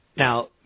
Now